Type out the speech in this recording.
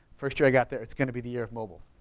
first year i got there, it's gonna be the year of mobile,